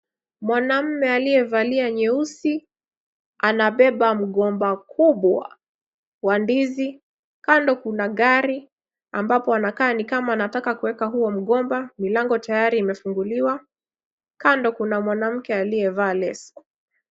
Mwanaume aliyevalia nyeusi, anabeba mgomba kubwa wa ndizi, kando kuna gari ambapo anakaa nikama anataka kuweka huo mgomba. Mlango tayari imefunguliwa. Kando kuna mwanamke aliyevaa leso.